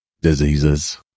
Diseases